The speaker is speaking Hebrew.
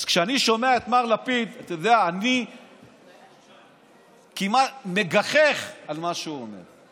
אז כשאני שומע את מר לפיד אני כמעט מגחך על מה שהוא אומר.